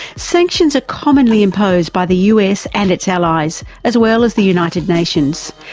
sanctions are commonly imposed by the us and its allies, as well as the united nations,